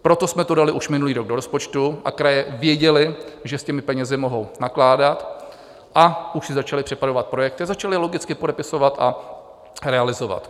Proto jsme to dali už minulý rok do rozpočtu a kraje věděly, že s těmi penězi mohou nakládat, a už si začaly připravovat projekty, začaly logicky podepisovat a realizovat.